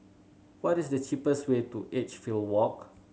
what is the cheapest way to Edgefield Walk